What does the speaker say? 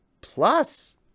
Plus